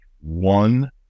one